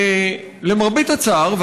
למרבה הצער,